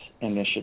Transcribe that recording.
initiative